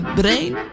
brain